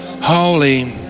Holy